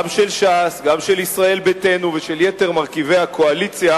גם של ש"ס וגם של ישראל ביתנו ושל יתר מרכיבי הקואליציה,